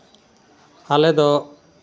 ᱟᱞᱮ ᱫᱚ